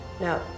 no